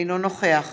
אינו נוכח